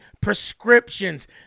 prescriptions